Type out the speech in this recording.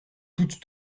toute